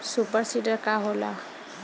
Super seeder का होला?